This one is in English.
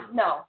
no